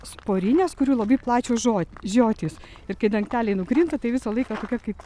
sporinės kurių labai plačios žo žiotys ir kai dangteliai nukrinta tai visą laiką tokia kaip